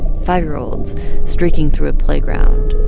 five year olds streaking through a playground.